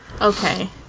Okay